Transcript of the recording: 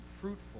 fruitful